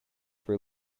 were